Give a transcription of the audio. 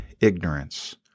ignorance